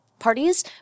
parties